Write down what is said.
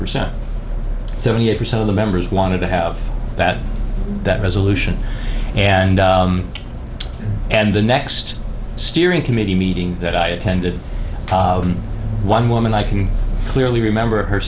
percent seventy eight percent of the members wanted to have that that resolution and and the next steering committee meeting that i attended one woman i can clearly remember her